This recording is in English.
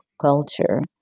culture